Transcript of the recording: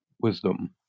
wisdom